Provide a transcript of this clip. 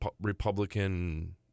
Republican